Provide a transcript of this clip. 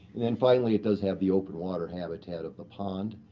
and then finally it does have the open water habitat of the pond,